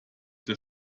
der